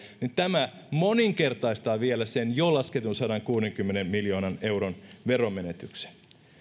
niin tämä moninkertaistaa vielä sen jo lasketun sadankuudenkymmenen miljoonan euron veromenetyksen